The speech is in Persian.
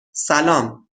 سلام